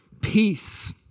peace